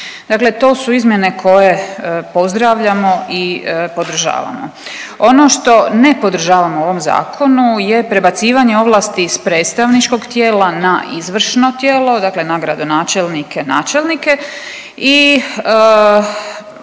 Dakle, to su izmjene koje pozdravljamo i podržavamo. Ono što ne podržavamo u ovom zakonu je prebacivanje ovlasti s predstavničkog tijela na izvršno tijelo, dakle na gradonačelnike, načelnike i